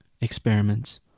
experiments